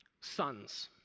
sons